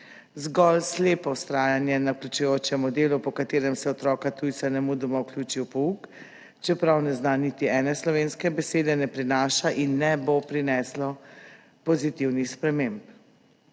Zgolj slepo vztrajanje na vključujočem modelu, po katerem se otroka tujca nemudoma vključi v pouk, čeprav ne zna niti ene slovenske besede, ne prinaša in ne bo prineslo pozitivnih sprememb.